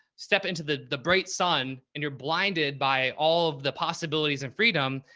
step into the, the bright sun and you're blinded by all of the possibilities and freedom.